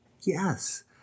yes